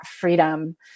freedom